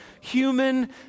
human